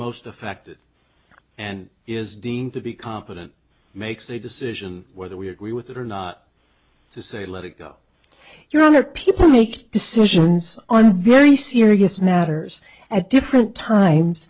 most affected and is deemed to be competent makes a decision whether we agree with it or not to say let it go your honor people make decisions on very serious matters at different times